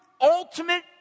ultimate